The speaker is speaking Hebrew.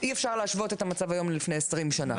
אי אפשר להשוות את המצב היום למלפני עשרים שנה,